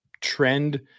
trend